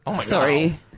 Sorry